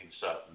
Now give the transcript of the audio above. certain